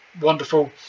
Wonderful